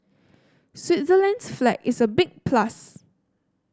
Switzerland's flag is a big plus